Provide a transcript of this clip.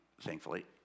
thankfully